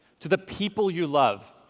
to the people you love,